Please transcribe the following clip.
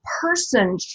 person